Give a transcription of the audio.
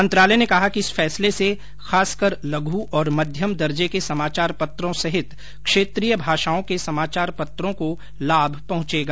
मंत्रालय ने कहा कि इस फैसले से खासकर लघ् और मध्यम दर्जे के समाचार पत्रों सहित क्षेत्रीय भाषाओं के समाचार पत्रों को लाभ पहुंचेगा